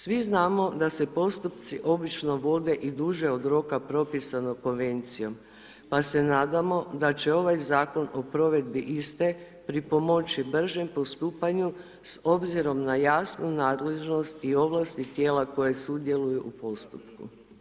Svi znamo da se postupci obično vode i duže od roka propisanog Konvencijom pa se nadam da će ovaj zakon o provedbi iste, pripomoći bržem postupanju s obzirom na jasnu nadležnost i ovlasti tijela koje sudjeluju u postupku.